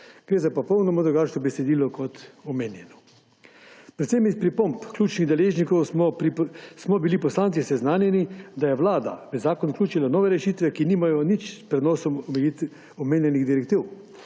Gre za popolnoma drugačno besedilo kot omenjeno. Predvsem iz pripomb ključnih deležnikov smo bili poslanci seznanjeni, da je Vlada v zakon vključila nove rešitve, ki nimajo nič s prenosom omenjenih direktiv,